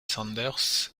sanders